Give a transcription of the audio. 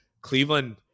Cleveland